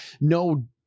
No